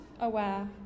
aware